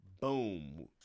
Boom